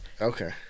Okay